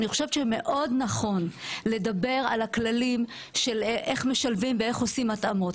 אני חושבת שמאוד נכון לדבר על הכללים של איך משלבים ואיך עושים התאמות,